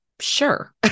Sure